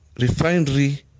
refinery